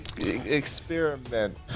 Experiment